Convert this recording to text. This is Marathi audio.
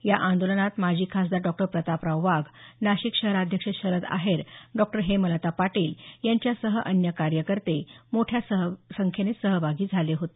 या आंदोलनात माजी खासदार डॉ प्रतापराव वाघ नाशिक शहराध्यक्ष शरद आहेर डॉ हेमलता पाटील यांच्यासह अन्य कार्यकर्ते मोठ्या संख्येनं सहभागी झाले होते